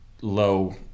low